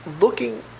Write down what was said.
looking